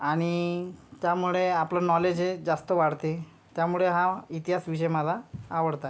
आणी त्यामुळे आपलं नॉलेज हे जास्त वाढते त्यामुळे हा इतिहास विषय मला आवडता आहे